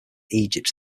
egypt